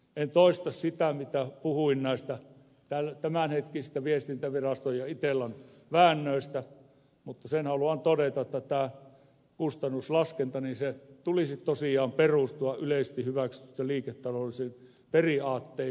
en toista sitä mitä puhuin näistä tämänhetkisistä viestintäviraston ja itellan väännöistä mutta sen haluan todeta että tämän kustannuslaskelman tulisi tosiaan perustua yleisesti hyväksyttyihin liiketaloudellisiin periaatteisiin